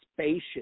spacious